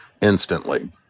instantly